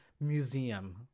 museum